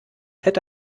hätte